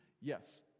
Yes